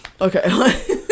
okay